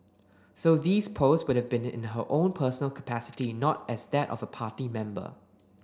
so these posts would've been in her own personal capacity not as that of a party member